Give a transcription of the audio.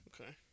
Okay